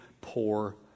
poor